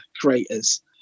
creators